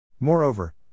Moreover